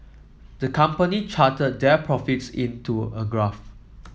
the company charted their profits in to a graph